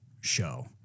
show